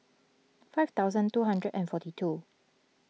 five thousand two hundred and forty two